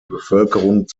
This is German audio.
bevölkerung